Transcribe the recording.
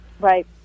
Right